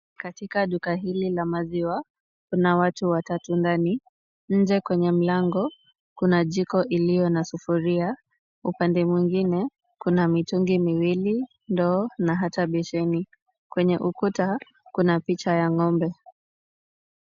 Katika duka hili la maziwa, kuna watu watatu ndani. Nje kwenye mlango, kuna jiko iliyo na sufuria. Upande mwingine kuna mitungi miwili, ndoo na hata besheni. Kwenye ukuta kuna picha ya ng'ombe.